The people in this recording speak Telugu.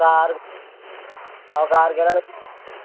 ఒక ఆరు ఒక ఆరు గెలలు కావాలి